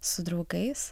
su draugais